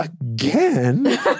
again